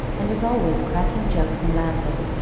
and is always cracking jokes, and laughing,